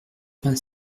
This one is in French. vingt